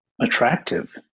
attractive